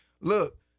Look